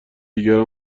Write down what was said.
دیگران